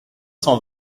cent